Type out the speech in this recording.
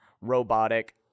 robotic